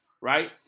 right